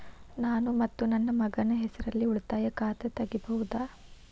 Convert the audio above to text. ನಾನು ಮತ್ತು ನನ್ನ ಮಗನ ಹೆಸರಲ್ಲೇ ಉಳಿತಾಯ ಖಾತ ತೆಗಿಬಹುದ?